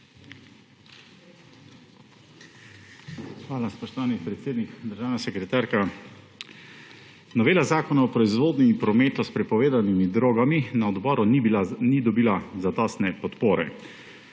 Hvala, spoštovani predsednik. Državna sekretarka! Novela zakona o proizvodnji in prometu s prepovedanimi drogami na odboru ni dobila zadostne podpore.